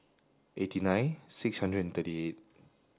eighty nine six hundred and